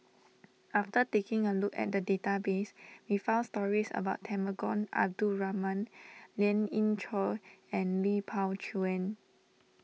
after taking a look at database we found stories about Temenggong Abdul Rahman Lien Ying Chow and Lui Pao Chuen